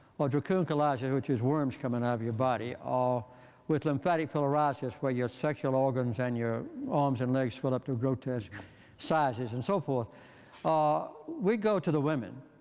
or dracunculiasis, which is worms coming out of your body, or with lymphatic filariasis, where your sexual organs and your arms and legs swell up to grotesque sizes and so forth ah we go to the women,